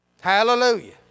Hallelujah